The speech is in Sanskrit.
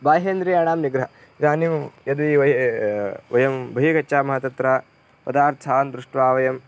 बाह्येन्द्रियाणां निग्रहः इदानीं यदि वयं वयं बहि गच्छामः तत्र पदार्थान् दृष्ट्वा वयं